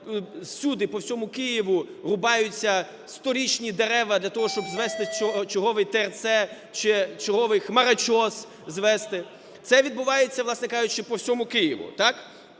всюди по всьому Києву рубаються сторічні дерева для того, щоб звести черговий ТРЦ чи черговий хмарочос звести. Це відбувається, власне кажучи, по всьому Києву,